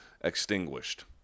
extinguished